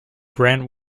grant